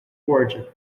origin